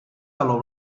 galó